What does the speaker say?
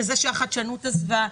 לזה שהחדשנות עזבה?